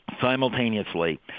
simultaneously